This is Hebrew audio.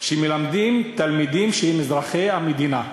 שמלמדים תלמידים שהם אזרחי המדינה,